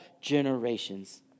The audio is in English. generations